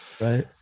Right